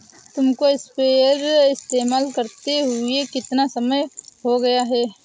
तुमको स्प्रेयर इस्तेमाल करते हुआ कितना समय हो गया है?